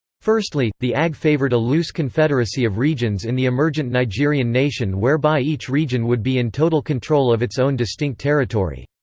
firstly, the ag favoured a loose confederacy of regions in the emergent nigerian nation whereby each region would be in total control of its own distinct territory.